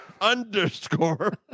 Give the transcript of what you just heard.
underscore